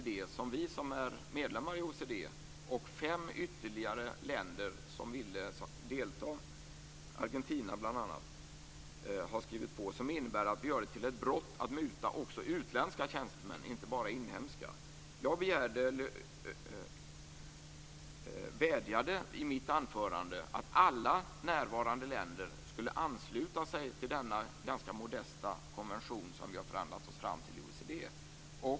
Den har underskrivits av OECD-medlemmarna och fem ytterligare länder, bl.a. Argentina. Den innebär att det skall göras till ett brott att muta också utländska tjänstemän, inte bara inhemska. Jag vädjade i mitt anförande om att alla närvarande länder skulle ansluta sig till den ganska modesta konvention som vi har förhandlat oss fram till i OECD.